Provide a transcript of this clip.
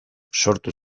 sortu